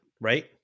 right